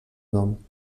nom